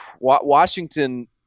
Washington